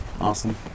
awesome